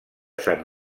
sant